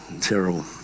Terrible